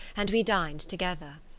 and we dined together.